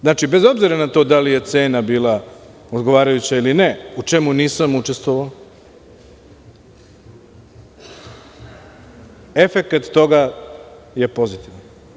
Znači, bez obzira na to da li je cena bila odgovarajuća ili ne, u čemu nisam učestvovao efekat toga je pozitivan.